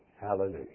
Hallelujah